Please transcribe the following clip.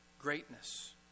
Greatness